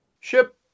Ship